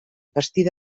bastida